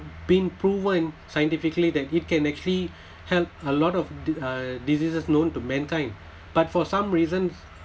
been proven scientifically that it can actually help a lot of d~ uh diseases known to mankind but for some reasons